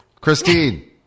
Christine